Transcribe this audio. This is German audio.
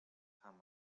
kann